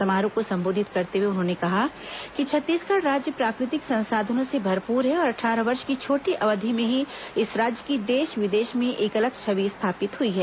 समारोह को संबावेधित करते हुए उन्होंने कहा कि छत्तीसगढ़ राज्य प्राकृतिक संसाधनों से भरपूर है और अट्ठारह वर्ष की छोटी अवधि में ही इस राज्य की देश विदेश में एक अलग छवि स्थापित हई है